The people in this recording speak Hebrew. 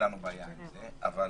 אבל